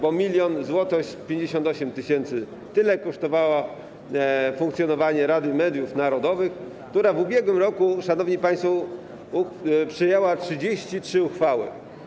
Dokładnie 1058 tys. zł kosztowało funkcjonowanie Rady Mediów Narodowych, która w ubiegłym roku, szanowni państwo, przyjęła 33 uchwały.